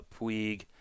Puig